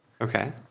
Okay